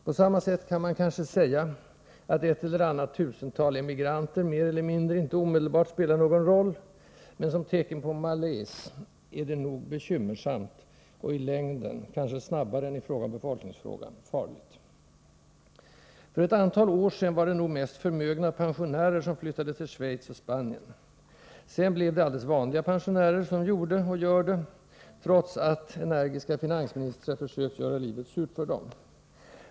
På samma sätt kan man kanske säga att ett eller annat tusental emigranter mer eller mindre inte omedelbart spelar någon roll, men som tecken på malaise är det nog bekymmersamt och i längden — kanske snabbare än när det gäller befolkningsfrågan — farligt. För ett antal år sedan var det nog mest förmögna pensionärer som flyttade till Schweiz och Spanien. Sedan blev det alldeles vanliga pensionärer som gjorde — och gör — det, trots att energiska finansministrar försökt göra livet surt för dem.